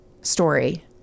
story